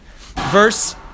Verse